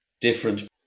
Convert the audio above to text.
different